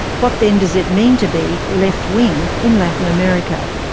what then does it mean to be left wing in latin america?